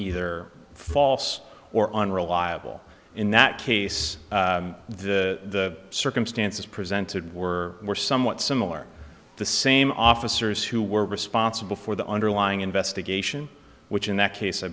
either false or on reliable in that case the circumstances presented were were somewhat similar the same officers who were responsible for the underlying investigation which in that case i